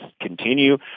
continue